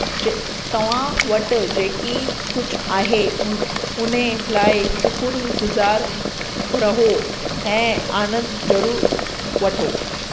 जे तव्हां वटि जेकी कुझु आहे उन उन्हीअ लाइ शुक़ुरगुज़ार रहो ऐं आनंद ज़रूरु वठो